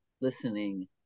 listening